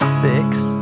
six